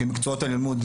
כמקצועות הלימוד,